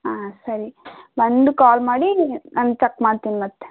ಹಾಂ ಸರಿ ಬಂದು ಕಾಲ್ ಮಾಡಿ ನಾನು ಚಕ್ ಮಾಡ್ತೀನಿ ಮತ್ತೆ